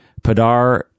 Padar